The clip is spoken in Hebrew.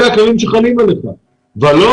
אלה הכללים שחלים עליהם ואם לא,